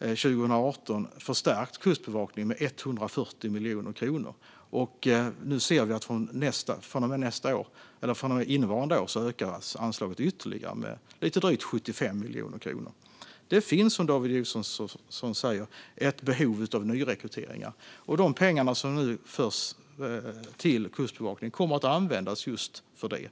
2018 förstärkt Kustbevakningen med 140 miljoner kronor, och innevarande år ökas anslaget ytterligare med lite drygt 75 miljoner kronor. Det finns, som David Josefsson säger, ett behov av nyrekryteringar, och de pengar som nu tillförs Kustbevakningen kommer att användas just för det.